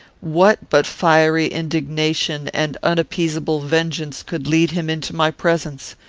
what but fiery indignation and unappeasable vengeance could lead him into my presence?